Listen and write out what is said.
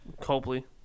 Copley